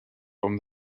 from